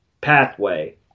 Pathway